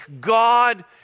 god